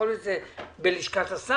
יכול להיות שזה בלשכת השר,